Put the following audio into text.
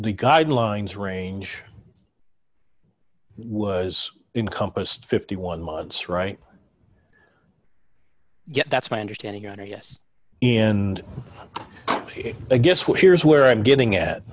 the guidelines range was encompassed fifty one months right yet that's my understanding on a yes in a guess what here's where i'm getting at